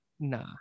nah